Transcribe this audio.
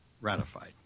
ratified